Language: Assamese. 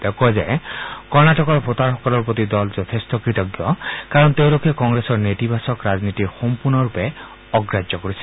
তেওঁ কয় যে কৰ্ণাটকৰ ভোটৰসকলৰ প্ৰতি দল যথেষ্ট কৃতজ্ঞ কাৰণ তেওঁলোকে কংগ্ৰেছৰ নেতিবাচক ৰাজনীতি সম্পূৰ্ণৰূপে অগ্ৰাহ্য কৰিছে